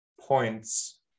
points